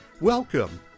welcome